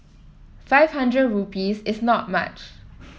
five hundred rupees is not much